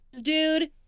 dude